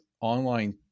online